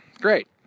Great